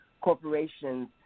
corporations